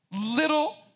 little